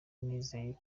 nizeye